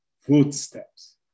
footsteps